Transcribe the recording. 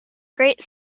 great